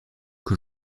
que